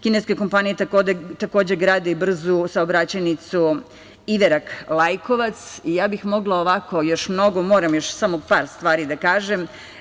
Kineske kompanije takođe grade brzu saobraćajnicu Iverak-Lajkovac i ja bih mogla ovako još mnogo, ali moram samo još par stvari da kažem.